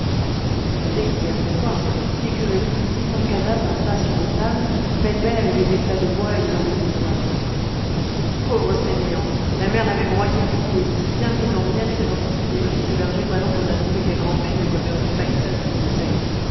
le fait est qu'il y avait de quoi figurez-vous six cents cadavres en tas sur le sable pêle-mêle avec les éclats de bois et les lambeaux de toile pauvre sémillante la mer l'avait broyée du coup et si bien mise en miettes que dans tous ses débris le berger palombo n'a trouvé qu'à grand'peine de quoi faire une palissade autour de sa hutte